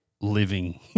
living